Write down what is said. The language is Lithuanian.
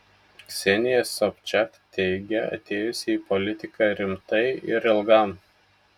ksenija sobčiak teigia atėjusi į politiką rimtai ir ilgam